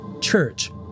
church